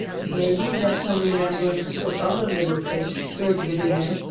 it may be that some remembrance of other little faces stirred within him,